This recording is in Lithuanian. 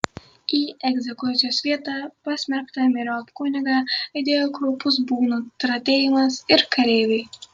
į egzekucijos vietą pasmerktą myriop kunigą lydėjo kraupus būgnų tratėjimas ir kareiviai